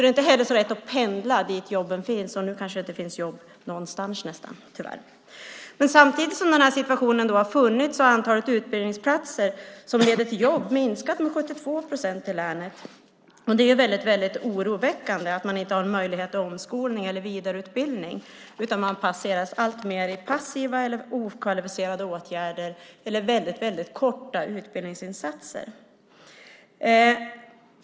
Det är inte så lätt att pendla dit där jobben finns; nu kanske det dock nästan inte finns jobb någonstans, tyvärr. Samtidigt som den här situationen har rått har antalet utbildningsplatser som leder till jobb minskat med 72 procent i länet. Det är väldigt oroväckande att man inte har möjlighet till omskolning eller vidareutbildning utan alltmer placeras i passiva eller okvalificerade åtgärder eller väldigt korta utbildningsinsatser.